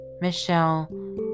Michelle